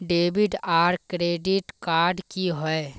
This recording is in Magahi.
डेबिट आर क्रेडिट कार्ड की होय?